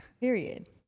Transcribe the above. Period